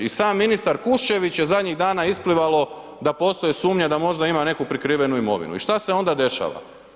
I sam ministar Kuščević je zadnjih dana isplivalo da postoje sumnje da možda ima neku prikrivenu imovinu i šta se onda dešava?